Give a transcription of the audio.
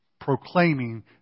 proclaiming